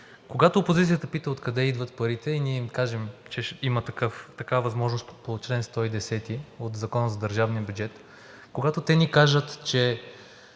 когато опозицията пита откъде идват парите, и ние им кажем, че има такава възможност по чл. 110 от Закона за държавния бюджет, когато те ни кажат, че